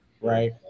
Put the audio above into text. right